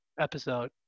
episode